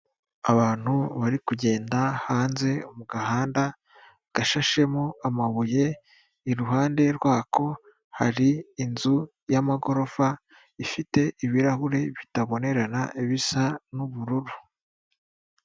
Abantu bari kugenda hanze mu gahanda gashashemo amabuye, iruhande rwako hari inzu y'amagorofa ifite ibirahuri bitabonerana bisa n'ubururu.